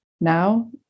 now